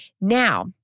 Now